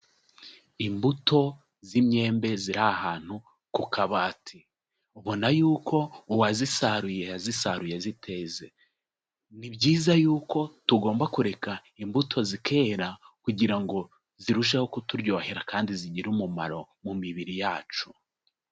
Imbuto z'imyembe ziri ahantu ku kabati. Ubona y'uko uwazisaruye yazisaruye ziteze. Ni byiza y'uko tugomba kureka imbuto zikera kugira ngo zirusheho kuturyohera kandi zigira umumaro mu mibiri yacu.